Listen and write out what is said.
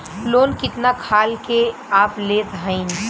Loan कितना खाल के आप लेत हईन?